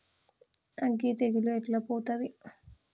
అగ్గి తెగులు ఎట్లా పోతది?